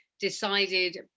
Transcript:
decided